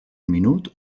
minut